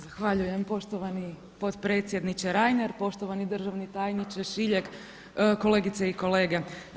Zahvaljujem poštovani potpredsjedniče Reiner, poštovani državni tajniče Šiljeg, kolegice i kolege.